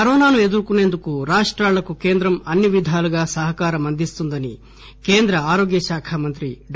కరోనాను ఎదుర్కొనేందుకు రాష్టాలకు కేంద్రం అన్ని విధాలుగా సహకారం అందిస్తుందని కేంద్ర ఆరోగ్యశాఖ మంత్రి డా